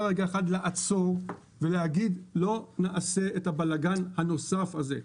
לעצור ולהגיד לא נעשה את הבלגן הנוסף הזה.